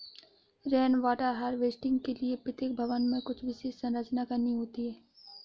rain water harvesting के लिए प्रत्येक भवन में कुछ विशेष संरचना करनी होती है